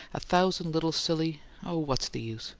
a thousand little silly oh, what's the use?